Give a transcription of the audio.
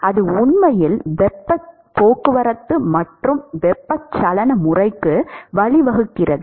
அது உண்மையில் வெப்பப் போக்குவரத்து மற்றும் வெப்பச்சலன முறைக்கு வழிவகுக்கிறது